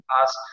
ask